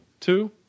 two